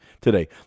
Today